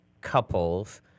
couples